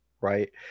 right